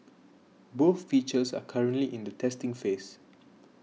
both features are currently in the testing phase